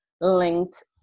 linked